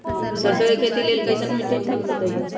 सरसों के खेती के लेल कईसन मिट्टी ठीक हो ताई?